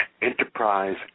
enterprise